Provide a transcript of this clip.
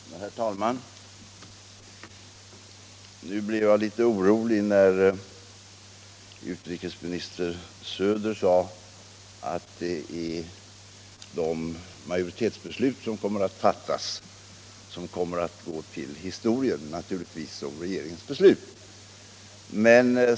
Nr 29 Herr talman! Jag blev litet oroad när utrikesministern fru Söder sade att det är majoritetsbesluten som kommer att gå till historien som re 18 november 1976 geringens beslut.